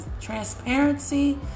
transparency